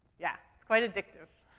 yeah. it's quite addictive.